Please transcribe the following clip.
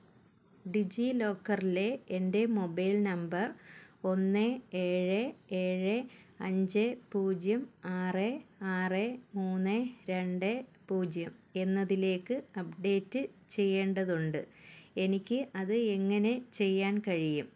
ഡിജിലോക്കറിലെ എൻ്റെ mobile number ഒന്ന് ഏഴ് ഏഴ് അഞ്ച് പൂജ്യം ആറ് ആറ് മൂന്ന് രണ്ട് പൂജ്യം എന്നതിലേക്ക് അപ്ഡേറ്റ് ചെയ്യേണ്ടതുണ്ട് എനിക്ക് അത് എങ്ങനെ ചെയ്യാൻ കഴിയും